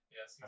Yes